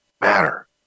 matter